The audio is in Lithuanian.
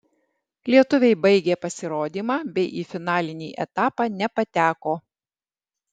lietuviai baigė pasirodymą bei į finalinį etapą nepateko